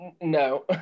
No